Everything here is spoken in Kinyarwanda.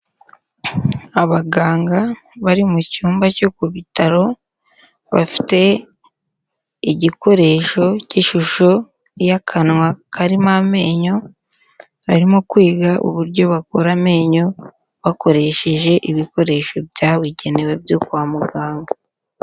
Abaganga bari mu cyumba cyo ku bitaro, bafite igikoresho cy'ishusho y'akanwa karimo amenyo, barimo kwiga uburyo bakura amenyo, bakoresheje ibikoresho byabigenewe byo kwa muganga.